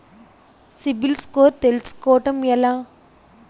CIBIL score తెల్సుకోటం ఎలా?